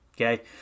Okay